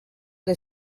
dai